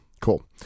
Cool